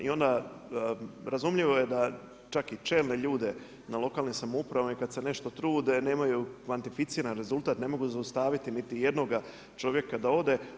I onda razumljivo je da čak i čelne ljude na lokalne samouprave kad se nešto trude nemaju kvantificiran rezultat, ne mogu zaustaviti niti jednoga čovjeka da ode.